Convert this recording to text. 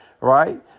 right